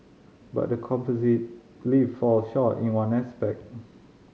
but the composite lift falls short in one aspect